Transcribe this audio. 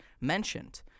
mentioned